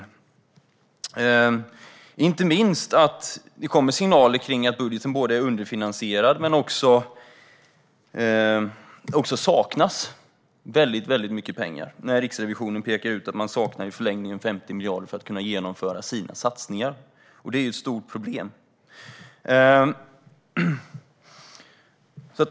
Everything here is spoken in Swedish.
Det gäller inte minst att det kommer signaler om att budgeten är både underfinansierad och att det saknas väldigt mycket pengar. Riksrevisionen pekar ut att man i förlängningen saknar 50 miljarder för att kunna genomföra sina satsningar. Det är ett stort problem.